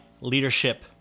leadership